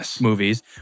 movies